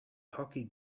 hockey